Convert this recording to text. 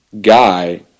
guy